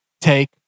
take